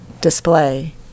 display